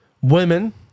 women